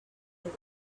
they